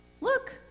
look